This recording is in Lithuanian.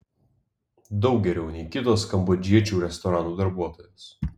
daug geriau nei kitos kambodžiečių restoranų darbuotojos